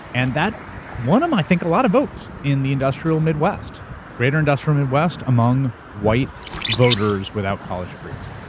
and that won him, i think, a lot of votes in the industrial midwest. the greater industrial midwest among white voters without college degrees.